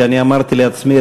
שאני אמרתי לעצמי,